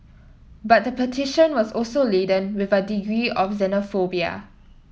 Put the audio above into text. but the petition was also laden with a degree of xenophobia